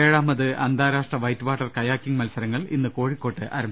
ഏഴാമത് അന്താരാഷ്ട്ര white water kayaking മത്സരങ്ങൾക്ക് ഇന്ന് കോഴിക്കോട്ട് തുടക്കം